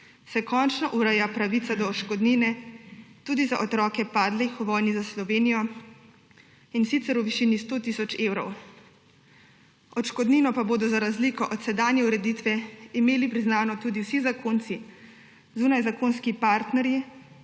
se končno ureja pravica do odškodnine tudi za otroke padlih v vojni za Slovenijo, in sicer v višini 100 tisoč evrov. Odškodnino pa bodo za razliko od sedanje ureditve imeli priznano tudi vsi zakonci, zunajzakonski partnerji